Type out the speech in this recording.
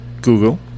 Google